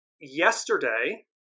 yesterday